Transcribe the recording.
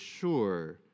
sure